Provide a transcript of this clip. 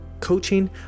coaching